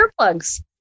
earplugs